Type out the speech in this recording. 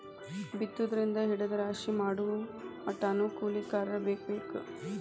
ಬಿತ್ತುದರಿಂದ ಹಿಡದ ರಾಶಿ ಮಾಡುಮಟಾನು ಕೂಲಿಕಾರರ ಬೇಕ ಬೇಕ